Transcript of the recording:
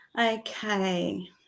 Okay